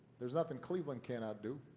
there's nothing cleveland cannot do,